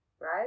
Right